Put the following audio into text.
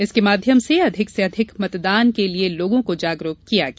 इसके माध्यम से अधिक से अधिक मतदान के लिये लोगों को जागरूक किया गया